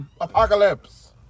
apocalypse